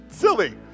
silly